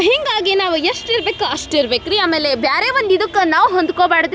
ಹೀಗಾಗಿ ನಾವು ಎಷ್ಟು ಇರ್ಬೇಕು ಅಷ್ಟು ಇರ್ಬೇಕು ರೀ ಆಮೇಲೆ ಬೇರೆ ಒಂದು ಇದಕ್ಕೆ ನಾವು ಹೊಂದ್ಕೋಬಾರ್ದ್ ರೀ